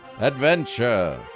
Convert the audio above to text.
Adventure